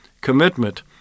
commitment